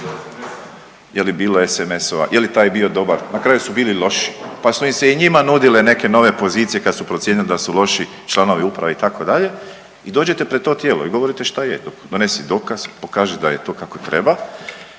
Je li bilo SMS-ova? Je li taj bio dobar? Na kraju su bili loši, pa su se i njima nudile neke nove pozicije kad su procijenili da su loši članovi uprave itd. I dođete pred to tijelo i govorite šta je. Donesi dokaz, pokaži da je to kako treba